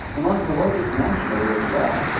and one of the largest nationally, as well.